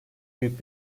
büyük